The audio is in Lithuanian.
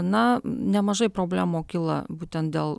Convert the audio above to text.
na nemažai problemų kyla būtent dėl